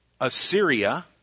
Assyria